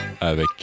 avec